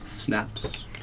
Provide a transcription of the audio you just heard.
Snaps